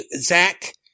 Zach